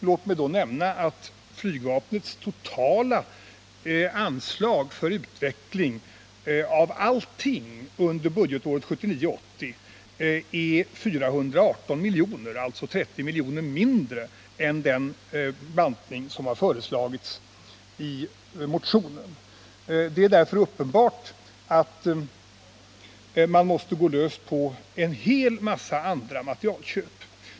Låt mig då nämna att flygvapnets totala anslag för utveckling av allting under budgetåret 1979/80 är 418 miljoner, alltså 30 miljoner mindre än den bantning som föreslagits i motionen. Det är därför uppenbart att man måste gå löst på en hel massa andra materielköp.